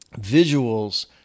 visuals